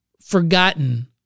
forgotten